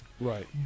Right